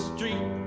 Street